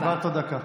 קיבלת עוד דקה.